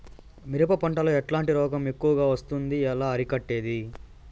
మిరప పంట లో ఎట్లాంటి రోగం ఎక్కువగా వస్తుంది? ఎలా అరికట్టేది?